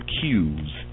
cues